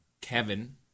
Kevin